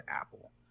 Apple